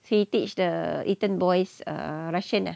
so he teach the eton boys err russian lah